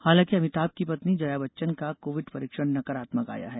हालांकि अमिताभ की पत्नी जया बच्चन का कोविड परीक्षण नकारात्मक आया है